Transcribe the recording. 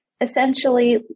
essentially